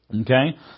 Okay